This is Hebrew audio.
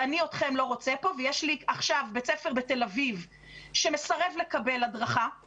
אני לא רוצה אתכם פה יש לי עכשיו בית ספר בתל-אביב שמסרב לקבל הדרכה,